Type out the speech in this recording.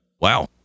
wow